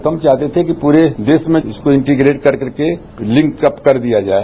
तो हम चाहते थे पूरे देश में इसको इंटीग्रेट कर के लिंक अप कर दिया जाए